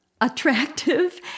attractive